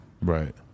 Right